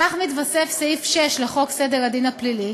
כך מתווסף סעיף 6 לחוק סדר הדין הפלילי,